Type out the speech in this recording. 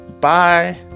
Bye